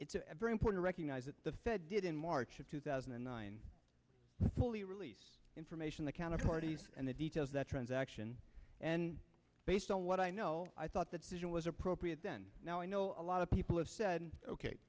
it's very important recognize that the fed did in march of two thousand and nine fully release information the counter parties and the details that transaction and based on what i know i thought that says it was appropriate then now i know a lot of people have said ok